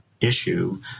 issue